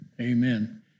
Amen